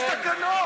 יש תקנון.